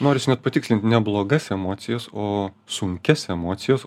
norisi net patikslint ne blogas emocijas o sunkias emocijos